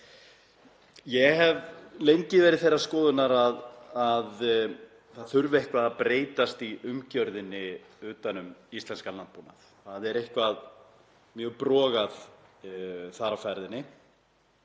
Ég hef lengi verið þeirrar skoðunar að það þurfi eitthvað að breytast í umgjörðinni utan um íslenskan landbúnað. Það er eitthvað mjög brogað þar á ferðinni.